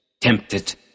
tempted